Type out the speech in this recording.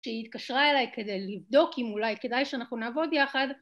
היא התקשרה אליי כדי לבדוק אם אולי כדאי שאנחנו נעבוד יחד.